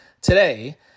today